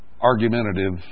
argumentative